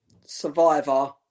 Survivor